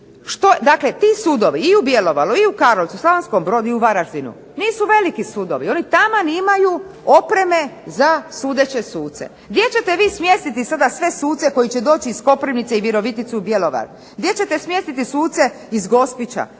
Dakle, ti sudovi i u Bjelovaru i u Karlovcu, Slavonskom Brodu i u Varaždinu nisu veliki sudovi oni taman imaju opreme za sudeće suce. Gdje ćete vi smjestiti sada sve suce koji će doći iz Koprivnice i Virovitice u Bjelovar? Gdje ćete smjestiti suce iz Gospića,